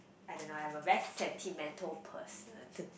I don't know I'm a best sentimental person